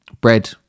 Bread